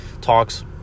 talks